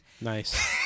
Nice